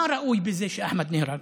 מה ראוי בזה שאחמד נהרג?